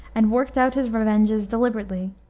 and worked out his revenges deliberately,